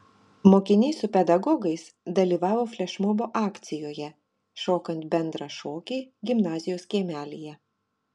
mokiniai su pedagogais dalyvavo flešmobo akcijoje šokant bendrą šokį gimnazijos kiemelyje